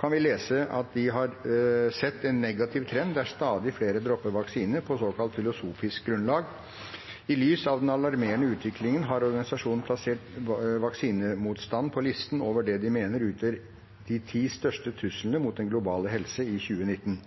kan vi lese at de har sett en negativ trend, at stadig flere dropper vaksiner på såkalt filosofisk grunnlag. I lys av den alarmerende utviklingen har organisasjonen plassert vaksinemotstand på listen over det de mener utgjør de ti største truslene mot den globale helsen i 2019.